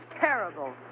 terrible